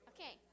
Okay